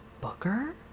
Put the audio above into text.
Booker